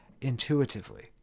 intuitively